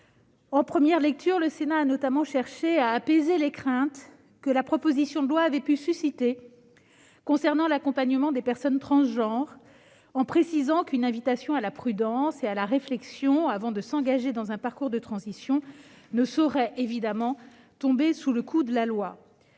En première lecture, le Sénat a notamment cherché à apaiser les craintes que la proposition de loi avait pu susciter sur l'accompagnement des personnes transgenres, en précisant qu'une invitation à la prudence et à la réflexion avant d'engager un parcours de transition ne saurait évidemment tomber sous le coup de la loi.